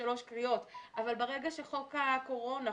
בשלוש קריאות אבל ברגע שחוק הקורונה,